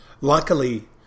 Luckily